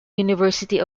university